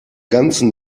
ganzen